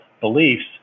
beliefs